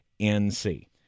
nc